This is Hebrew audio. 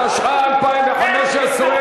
התשע"ה 2015,